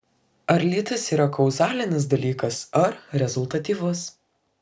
ar lytis yra kauzalinis dalykas ar rezultatyvus